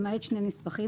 למעט שני נספחים,